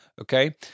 Okay